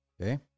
Okay